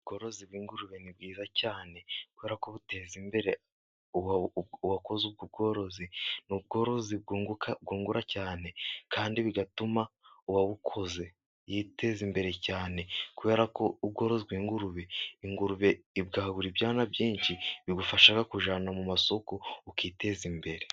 Ubworozi bw ingurube ni byiza cyane, kubera ko buteza imbere uwakoze ubwo bworozi. Ni ubworozi bwunguka, bwungura cyane, kandi bigatuma uwabukoze yiteza imbere cyane, kubera ko ubworozi bw'ingurube, ingurube ibwabura ibyana byinshi bigufasha kujyana mu masoko ukiteza imbere.